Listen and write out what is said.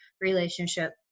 relationship